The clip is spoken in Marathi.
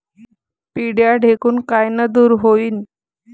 पिढ्या ढेकूण कायनं दूर होईन?